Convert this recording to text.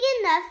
enough